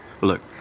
Look